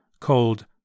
called